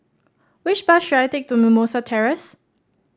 which bus should I take to Mimosa Terrace